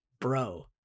bro